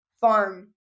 farm